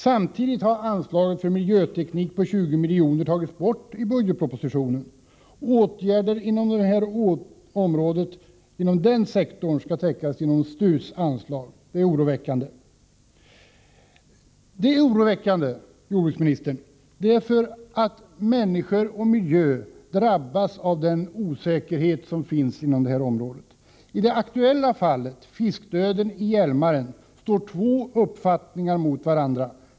Samtidigt har anslaget på 20 milj.kr. för miljöteknik tagits bort i budgetpropositionen. Åtgärder inom det området skall täckas av STU:s anslag. Detta inger oro. Det är oroväckande, jordbruksministern, därför att människor och miljö drabbas av den osäkerhet som här finns. I det aktuella fallet, fiskdöden i Hjälmaren, står två uppfattningar mot varandra.